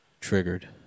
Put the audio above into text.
Triggered